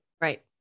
Right